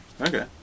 Okay